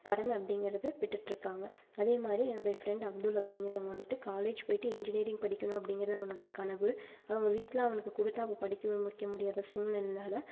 கடன் அப்படிங்கறது விட்டுட்டுருக்காங்க அதே மாதிரி என்னுடைய ஃபிரண்ட் அப்துல் அப்படிங்குறவன் வந்துட்டு காலேஜ் போய்ட்டு இன்ஜினியரிங் படிக்கணும் அப்படிங்குறது அவனுடைய கனவு அவங்க வீட்டில அவனுக்கு கொடுத்து படிக்க வைக்க முடியாத சூழ்நிலைனால